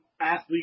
athlete